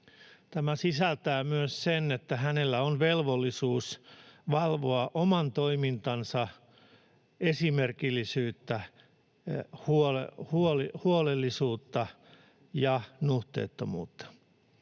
Tämä sisältää myös sen, että hänellä on velvollisuus valvoa oman toimintansa esimerkillisyyttä, huolellisuutta ja nuhteettomuutta.